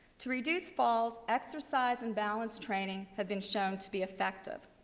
to reduce falls, exercise and balance training have been shown to be effective.